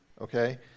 okay